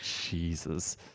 Jesus